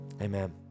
amen